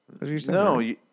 No